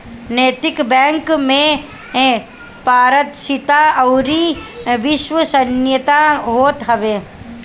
नैतिक बैंक में पारदर्शिता अउरी विश्वसनीयता होत हवे